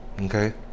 Okay